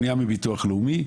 פנייה מביטוח לאומי,